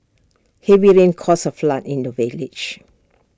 heavy rains caused A flood in the village